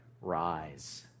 Rise